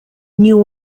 new